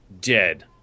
dead